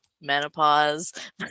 menopause